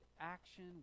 action